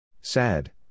Sad